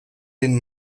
den